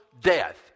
death